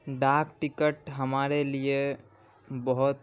ڈاک ٹکٹ ہمارے لیے بہت